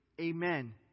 Amen